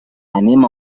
anem